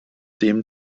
dem